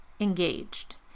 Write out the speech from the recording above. Engaged